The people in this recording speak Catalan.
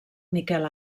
miquel